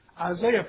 Isaiah